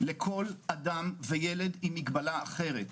לכל אדם וילד עם מגבלה אחרת.